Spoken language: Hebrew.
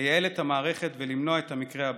לייעל את המערכת ולמנוע את המקרה הבא.